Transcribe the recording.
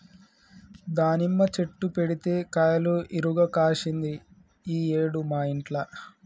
దానిమ్మ చెట్టు పెడితే కాయలు ఇరుగ కాశింది ఈ ఏడు మా ఇంట్ల